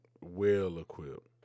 well-equipped